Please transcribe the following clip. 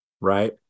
right